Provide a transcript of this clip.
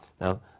Now